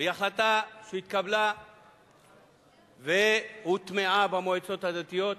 והיא החלטה שהתקבלה והוטמעה במועצות הדתיות.